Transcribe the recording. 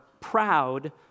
proud